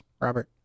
Robert